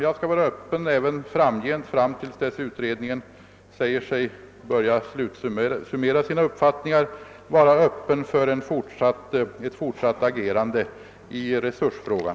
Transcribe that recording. Jag skall även framgent, tills utredningen säger sig börja slutsummera sina upp fattningar, vara öppen för ett fortsatt ågerande i resursfrågan!